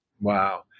Wow